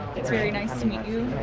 it's very nice to meet you.